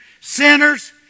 Sinners